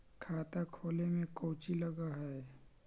खाता खोले में कौचि लग है?